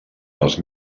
les